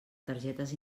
targetes